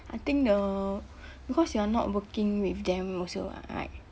I think the because you are not working with them also [what] right